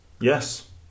Yes